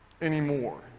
anymore